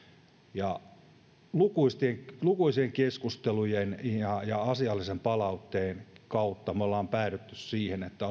ja lukuisien lukuisien keskustelujen ja ja asiallisen palautteen kautta me olemme päätyneet siihen että